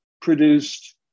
produced